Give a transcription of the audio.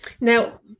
now